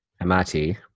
amati